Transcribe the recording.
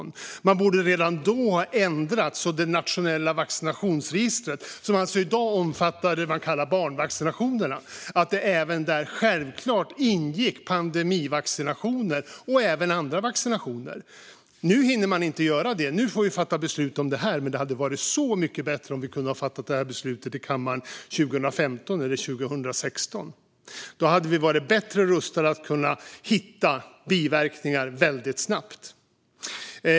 Man borde redan då ha ändrat så att det i det nationella vaccinationsregistret, som i dag omfattar det som kallas barnvaccinationer, självklart skulle ingå pandemivaccinationer och även andra vaccinationer. Nu hinner man inte göra det. Nu får vi fatta beslut om det här. Det hade varit mycket bättre om vi hade kunnat fatta det beslutet i kammaren 2015 eller 2016. Då hade vi varit bättre rustade för att hitta biverkningar väldigt snabbt.